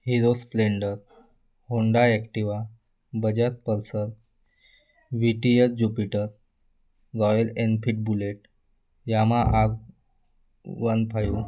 hero Splendor Honda Activa Bajaj Pulsar TVS Jupiter Royal Enfield Bullet Yamaha R one five